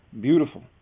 beautiful